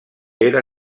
era